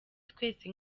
twese